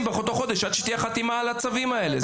באותו חודש עד שתהיה חתימה על הצווים האלה,